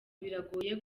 biragoye